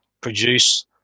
produce